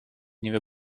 nieuwe